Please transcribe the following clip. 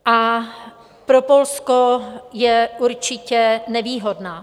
A pro Polsko je určitě nevýhodná.